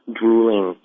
drooling